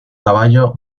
caballo